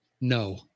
No